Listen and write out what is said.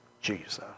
Jesus